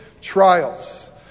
trials